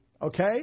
Okay